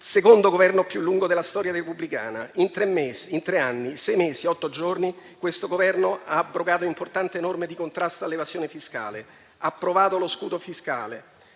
secondo Governo più lungo della storia repubblicana. In tre anni, sei mesi e otto giorni, questo Governo ha abrogato importanti norme di contrasto all'evasione fiscale, ha approvato lo scudo fiscale,